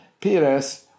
Pires